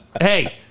Hey